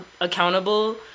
accountable